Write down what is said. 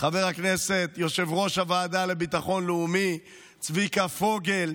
חבר הכנסת ויושב-ראש הוועדה לביטחון לאומי צביקה פוגל,